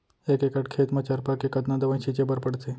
एक एकड़ खेत म चरपा के कतना दवई छिंचे बर पड़थे?